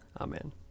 Amen